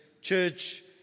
church